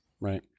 Right